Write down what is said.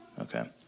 okay